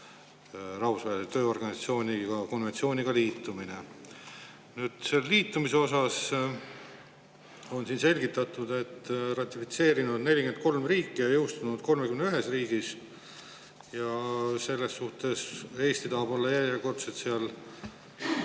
Rahvusvahelise Tööorganisatsiooni konventsiooniga liitumine paremini kokku. Liitumise osas on siin selgitatud, et ratifitseerinud on 43 riiki ja jõustunud 31 riigis, ja selles suhtes Eesti tahab olla järjekordselt seal